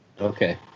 Okay